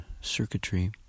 circuitry